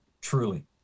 truly